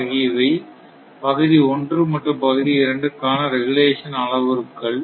ஆகிவை பகுதி 1 மற்றும் பகுதி 2 காண ரெகுலேஷன் அளவுருக்கள்